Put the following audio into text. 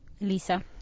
Lisa